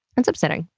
it's upsetting,